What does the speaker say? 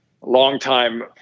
longtime